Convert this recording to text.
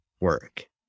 work